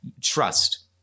trust